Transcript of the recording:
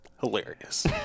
hilarious